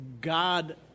God